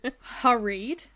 hurried